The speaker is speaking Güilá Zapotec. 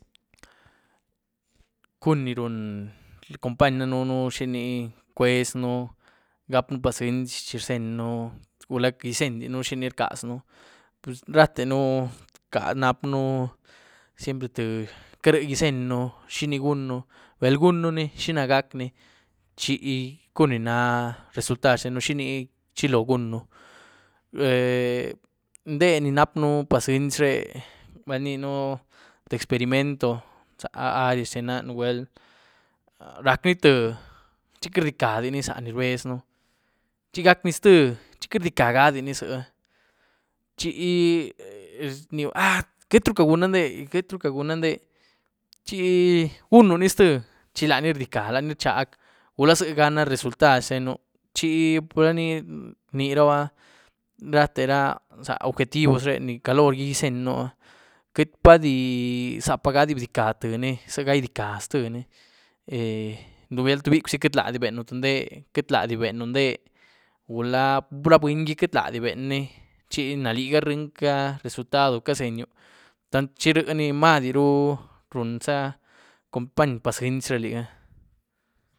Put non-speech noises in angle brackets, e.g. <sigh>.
¿Cun ni run company danënu? Xini cwueznú, gap´ën paceinzy chi rzenyën, gula queity gizenydinu xini rcazën, puz rateën nap´nu siempre tïé caryë izenyën, xiní gunën, bel gunën ni xina gacni chi cun ni náh resultad xtenën, xini chilo gunën, <hesitation> eh ndé ni nap´ën paceizy re, bal rníenú tïé experimento zá áh área xtena nugwuel rac´ni tïé chi queity rdicadini za ni rbezën, chi gac´ni ztïé chi queity rdicadini zë, chi rnyieu ¡ah queityruca guna ndé, queityruca guna ndé! Chi gunu ni ztïé chilani rdica, lani rchag, gula ziega na resultad xtenú chi purlani rniraba rate ra zá objetivos re ni calogi izenyën, queity pádí, zapagadí idicá tïé ni siga idicá ztïé ni <hesitation> nugwuel tubicwzi queity ladi benu tïé nde, queity ladi benu nde gula ra buny gí queity ladi ben ni chi náh liga ryienycá resultado cazenyu chi rïeni madiru runza company paceinzy re liga.